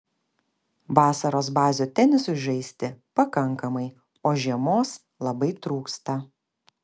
vasaros bazių tenisui žaisti pakankamai o žiemos labai trūksta